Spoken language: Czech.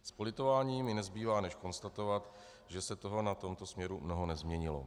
S politováním mi nezbývá než konstatovat, že se toho na tomto směru mnoho nezměnilo.